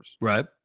Right